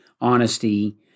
honesty